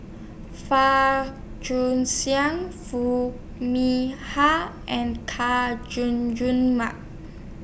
Far jew Xiang Foo Mee Har and Chay Jun Jun Mark